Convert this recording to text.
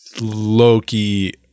Loki